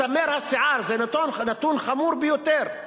מסמר השיער, הוא נתון חמור ביותר,